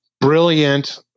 brilliant